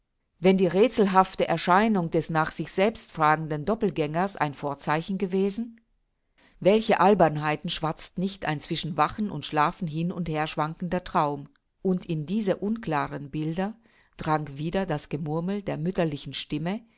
wenn die räthselhafte erscheinung des nach sich selbst fragenden doppelgängers ein vorzeichen gewesen welche albernheiten schwatzt nicht ein zwischen wachen und schlafen hin und her schwankender traum und in diese unklaren bilder drang wieder das gemurmel der mütterlichen stimme